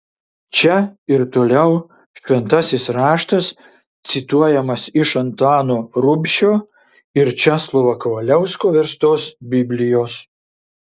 čia ir toliau šventasis raštas cituojamas iš antano rubšio ir česlovo kavaliausko verstos biblijos